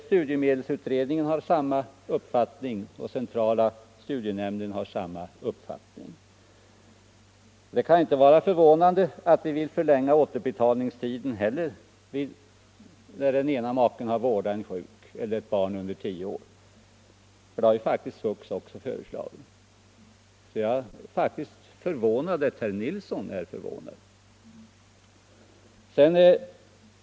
Studiemedelsutredningen och centrala studiestödsnämnden har samma uppfattning. Det kan inte vara förvånande att vi vill förlänga återbetalningstiden när den ena maken vårdar en sjuk anhörig eller ett barn under tio år. Det har faktiskt även SVUX föreslagit. Jag är förvånad över att herr Nilsson är förvånad.